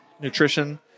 nutrition